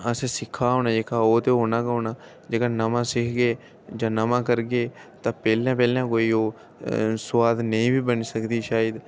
असें सिक्खेआ होना जेह्का ओह् ते होना गै होना जेह्का नमां सिक्खगे जां नमां करगे तां पैह्लें पैह्लें कोई ओह् सुआद नेईं बी बनी सकदी शायद